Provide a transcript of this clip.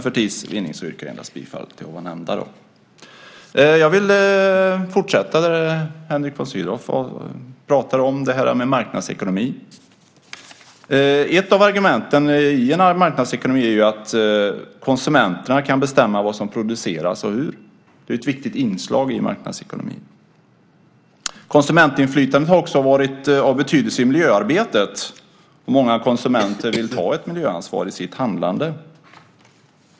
För tids vinning yrkar jag endast bifall till den tidigare nämnda reservationen. Jag vill fortsätta med det Henrik von Sydow talade om med marknadsekonomi. Ett av argumenten i en marknadsekonomi är att konsumenterna kan bestämma vad som produceras och hur. Det är ett viktigt inslag i marknadsekonomin. Konsumentinflytande har också varit av betydelse i miljöarbetet. Många konsumenter vill ta ett miljöansvar i sitt handlande.